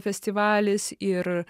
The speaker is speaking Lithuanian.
festivalis ir